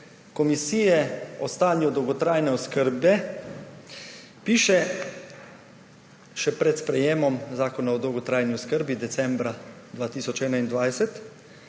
komisije o stanju dolgotrajne oskrbe piše še pred sprejetjem Zakona o dolgotrajni oskrbi decembra 2021,